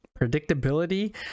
Predictability